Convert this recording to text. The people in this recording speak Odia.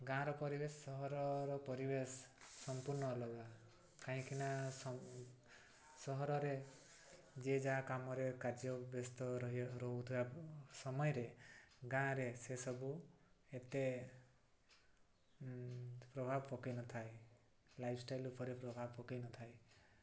ଗାଁର ପରିବେଶ ସହରର ପରିବେଶ ସମ୍ପୂର୍ଣ୍ଣ ଅଲଗା କାହିଁକିନା ସହରରେ ଯିଏ ଯାହା କାମରେ କାର୍ଯ୍ୟ ବ୍ୟସ୍ତ ରହି ରହୁଥିବା ସମୟରେ ଗାଁରେ ସେସବୁ ଏତେ ପ୍ରଭାବ ପକାଇ ନ ଥାଏ ଲାଇଫଷ୍ଟାଇଲ୍ ଉପରେ ପ୍ରଭାବ ପକାଇ ନ ଥାଏ